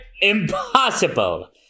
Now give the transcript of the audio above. impossible